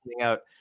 out